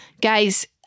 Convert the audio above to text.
guys